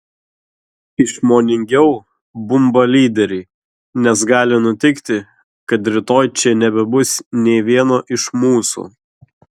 išmoningiau bumba lyderiai nes gali nutikti kad rytoj čia nebebus nė vieno iš mūsų